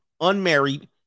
Unmarried